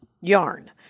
yarn